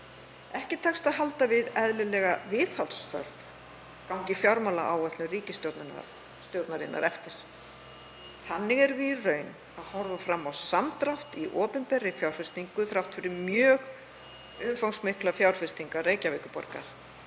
Ekki tekst að halda við eðlilega viðhaldsþörf gangi fjármálaáætlun ríkisstjórnarinnar eftir. Þannig erum við í raun að horfa fram á samdrátt í opinberri fjárfestingu þrátt fyrir mjög umfangsmiklar fjárfestingar Reykjavíkurborgar.